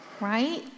right